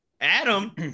Adam